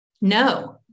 No